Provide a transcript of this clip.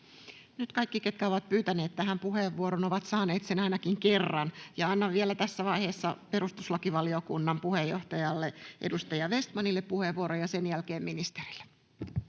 Nyt kaikki, ketkä ovat pyytäneet tähän puheenvuoron, ovat saaneet sen ainakin kerran. Annan vielä tässä vaiheessa perustuslakivaliokunnan puheenjohtajalle, edustaja Vestmanille, puheenvuoron ja sen jälkeen ministerille.